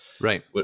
Right